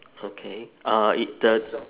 okay uh it the